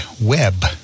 Web